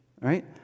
right